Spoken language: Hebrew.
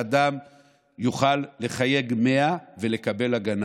שאדם יוכל לחייג 100 ולקבל הגנה.